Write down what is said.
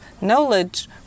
knowledge